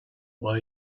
what